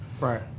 right